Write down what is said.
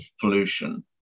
pollution